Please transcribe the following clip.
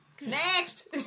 Next